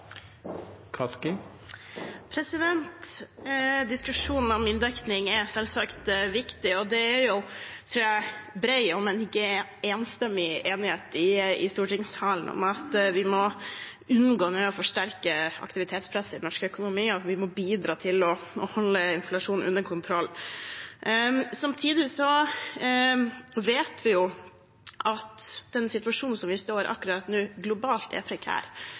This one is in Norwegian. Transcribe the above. selvsagt viktig. Jeg tror det er en bred, om ikke enstemmig, enighet i stortingssalen om at vi nå må unngå å forsterke aktivitetspresset i norsk økonomi, og at vi må bidra til å holde inflasjonen under kontroll. Samtidig vet vi jo at den situasjonen som vi globalt står i akkurat nå, er prekær.